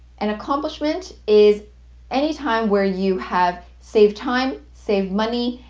an accomplishment is anytime where you have saved time, saved money,